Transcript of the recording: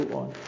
on